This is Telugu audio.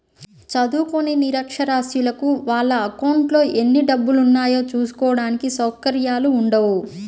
చదువుకోని నిరక్షరాస్యులకు వాళ్ళ అకౌంట్లలో ఎన్ని డబ్బులున్నాయో చూసుకోడానికి సౌకర్యాలు ఉండవు